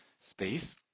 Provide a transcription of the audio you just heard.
space